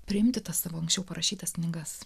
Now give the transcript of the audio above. priimti tą savo anksčiau parašytas knygas